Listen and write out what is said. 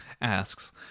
asks